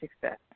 success